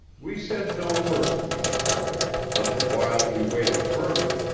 we said no word to each other of it, but the while we waited further,